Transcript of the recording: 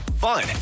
fun